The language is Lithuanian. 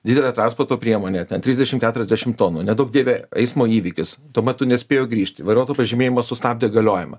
didelė transporto priemonė ten trisdešimt keturiasdešimt tonų neduok dieve eismo įvykis tuo metu nespėjo grįžti vairuotojo pažymėjimas sustabdė galiojimą